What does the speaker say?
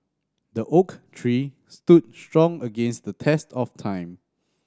the oak tree stood strong against the test of time